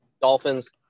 dolphins